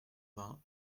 vingt